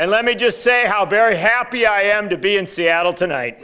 and let me just say how very happy i am to be in seattle tonight